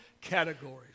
categories